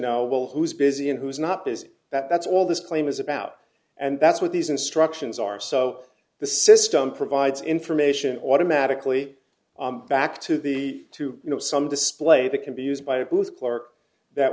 know well who's busy and who's not busy that's all this claim is about and that's what these instructions are so the system provides information automatically back to the to you know some display that can be used by a booth clerk that